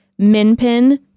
Minpin